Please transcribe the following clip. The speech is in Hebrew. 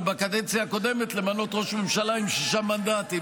ובקדנציה הקודמת למנות ראש ממשלה עם שישה מנדטים.